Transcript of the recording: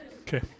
Okay